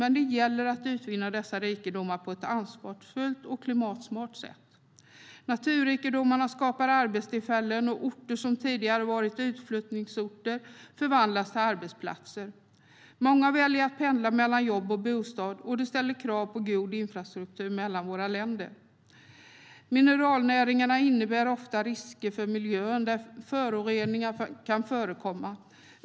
Men det gäller att utvinna dessa rikedomar på ett ansvarsfullt och klimatsmart sätt. Naturrikedomarna skapar arbetstillfällen, och orter som tidigare varit utflyttningsorter förvandlas till arbetsplatser. Många väljer att pendla mellan jobb och bostad. Det ställer krav på god infrastruktur mellan våra länder. Mineralnäringarna innebär ofta risker för miljön. Föroreningar kan förekomma.